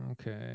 Okay